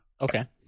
Okay